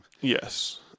Yes